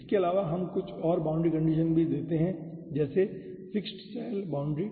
इसके अलावा हम कुछ और बाउंड्री कंडीशन भी देते हैं जैसे फिक्स्ड सेल बाउंड्री